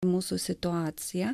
mūsų situacija